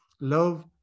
love